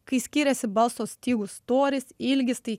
kai skyrėsi balso stygų storis ilgis tai